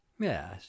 yes